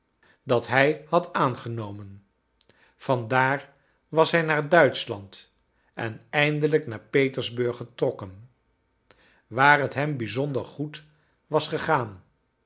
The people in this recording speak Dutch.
dat hij had aangenomen vandaar was hij naar duitschland en eindelijk naar petersburg getrokken waar het hem bijzonder goed was gegaan